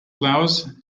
flowers